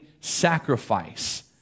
sacrifice